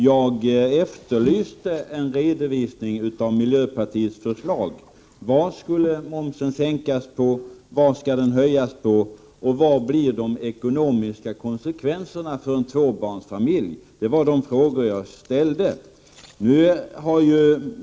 Jag efterlyste en redovisning av miljöpartiets förslag: På vad skulle momsen sänkas och på vad skulle den höjas, och vad blir de ekonomiska konsekvenserna för en tvåbarnsfamilj? Det var de frågorna jag ställde.